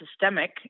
systemic